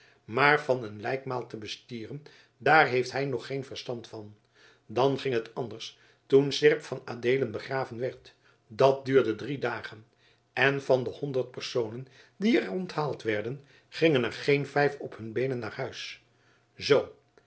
maar van een lijkmaal te bestieren daar heeft hij nog geen verstand van dan ging het anders toen seerp van adeelen begraven werd dat duurde drie dagen en van de honderd personen die er onthaald werden gingen er geen vijf op hun beenen naar huis zoo